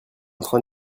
train